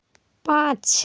পাঁচ